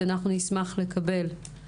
אנחנו מתכנסים לגבי דיון מאוד חשוב בעיניי.